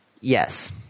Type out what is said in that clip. Yes